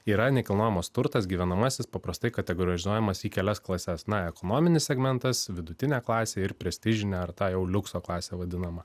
yra nekilnojamas turtas gyvenamasis paprastai kategorizuojamas į kelias klases na ekonominis segmentas vidutinė klasė ir prestižinė ar ta jau liukso klasė vadinama